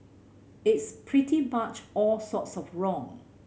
it's pretty much all sorts of wrong